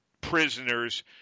prisoners